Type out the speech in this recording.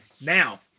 Now